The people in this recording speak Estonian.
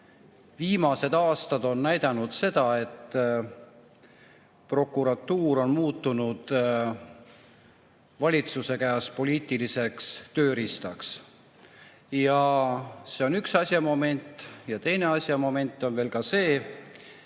viimased aastad on näidanud seda, et prokuratuur on muutunud valitsuse käes poliitiliseks tööriistaks. See on üks moment. Ja teine moment on see, et